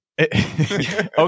okay